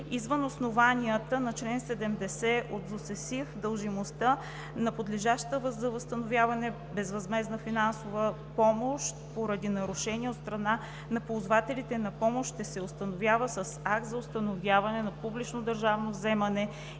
и инвестиционни фондове, дължимостта на подлежаща на възстановяване безвъзмездна финансова помощ, поради нарушение от страна на ползвателите на помощ, ще се установява с акт за установяване на публично държавно вземане,